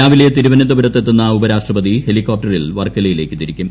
രാവിലെ ്തിരുവനന്തപുരത്ത് എത്തുന്ന ഉപരാഷ്ട്രപതി ഹെലികോപ്റ്ററിൽ വർക്കലയിലേക്ക് തിരിക്കും